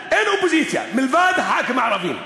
אופוזיציה מלבד חברי הכנסת הערבים.